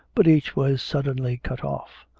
but each was suddenly cut off.